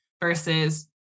versus